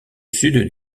sud